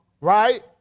right